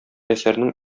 әсәрнең